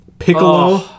Piccolo